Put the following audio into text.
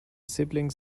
siblings